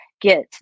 get